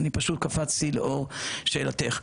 פשוט קפצתי לאור שאלתך.